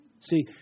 See